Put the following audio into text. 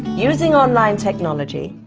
using online technology,